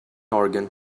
organ